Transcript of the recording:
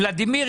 ולדימיר,